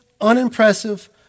unimpressive